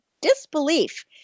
disbelief